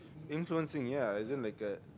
influencing ya is it like a